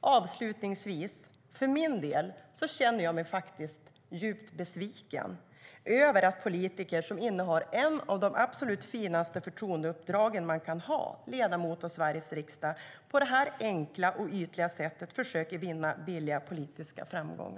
Avslutningsvis: Jag känner mig djupt besviken över att en politiker som innehar ett av de absolut finaste förtroendeuppdrag som man kan ha, ledamot av Sveriges riksdag, på detta enkla och ytliga sätt försöker vinna billiga politiska framgångar.